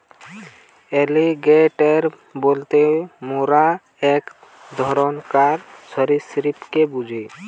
alligator বলতে মোরা এক ধরণকার সরীসৃপকে বুঝি